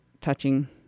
touching